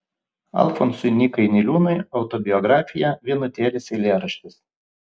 alfonsui nykai niliūnui autobiografija vienutėlis eilėraštis